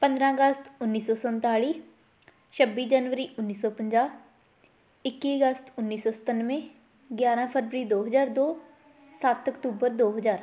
ਪੰਦਰ੍ਹਾਂ ਅਗਸਤ ਉੱਨੀ ਸੌ ਸੰਤਾਲੀ ਛੱਬੀ ਜਨਵਰੀ ਉੱਨੀ ਸੌ ਪੰਜਾਹ ਇੱਕੀ ਅਗਸਤ ਉੱਨੀ ਸੌ ਸਤਾਨਵੇਂ ਗਿਆਰ੍ਹਾਂ ਫਰਵਰੀ ਦੋ ਹਜ਼ਾਰ ਦੋ ਸੱਤ ਅਕਤੂਬਰ ਦੋ ਹਜ਼ਾਰ